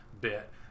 bit